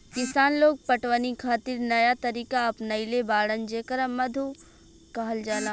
किसान लोग पटवनी खातिर नया तरीका अपनइले बाड़न जेकरा मद्दु कहल जाला